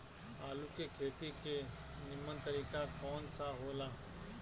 आलू के खेती के नीमन तरीका कवन सा हो ला?